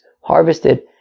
harvested